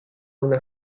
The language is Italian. una